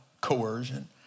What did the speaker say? coercion